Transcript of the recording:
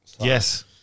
Yes